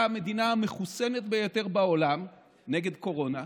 המדינה המחוסנת ביותר בעולם נגד קורונה,